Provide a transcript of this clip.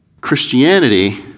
Christianity